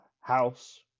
house